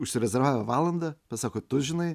užsirezervavę valandą pasako tu žinai